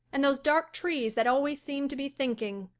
and those dark trees that always seem to be thinking.